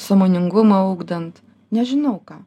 sąmoningumą ugdant nežinau ką